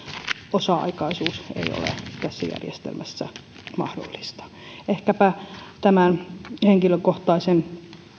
osa aikaisuus ei ole tässä järjestelmässä mahdollinen ehkäpä tämän henkilökohtaisen